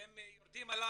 הם יורדים עלי,